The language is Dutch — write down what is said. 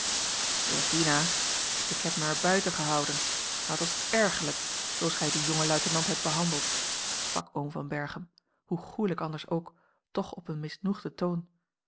ik heb er mij buiten gehouden maar t was ergerlijk zooals gij dien jongen luitenant hebt behandeld sprak oom van berchem hoe goelijk anders ook toch op een misnoegden toon